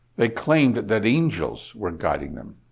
they claimed that that angels were guiding them.